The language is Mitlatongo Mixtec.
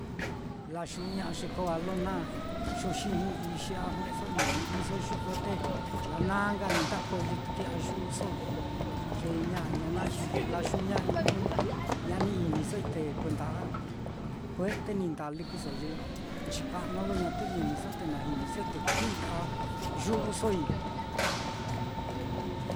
Layu'uña'a ye koo á lo naxoxijii ixi á, a jue'eso inoni'niso yuku á te lananka ni ndakoyoi te kui'ya yu'uso, ye ñaña naá xi layu'uña'ai jnu ye ña ni iniso te kuenda juerte ni ndaa lɨkɨso, ye nchika'a naá lo ñatu iniso te na jinisoi te kui'ya yu'usoi.